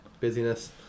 Busyness